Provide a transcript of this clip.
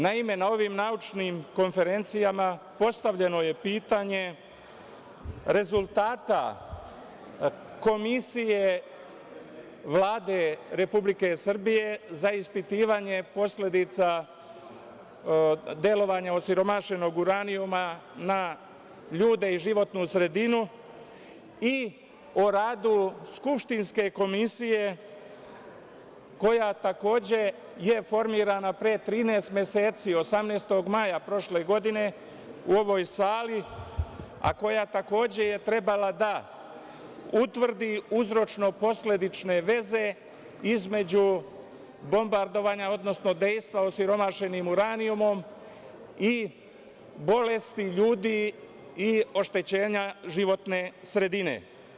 Naime, na ovim naučnim konferencijama postavljeno je pitanje rezultata Komisije Vlade Republike Srbije za ispitivanje posledica delovanja osiromašenog uranijuma na ljude i životnu sredinu i o radu skupštinske komisije koja je takođe formirana pre 13 meseci, 18. maja prošle godine u ovoj sali, a koja je takođe trebalo da utvrdi uzročno-posledične veze između bombardovanja, odnosno dejstva osiromašenog uranijuma i bolesti ljudi i oštećenja životne sredine.